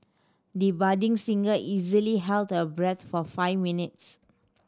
the budding singer easily held her breath for five minutes